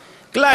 קליי.